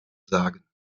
sagen